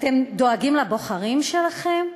אתם דואגים לבוחרים שלכם?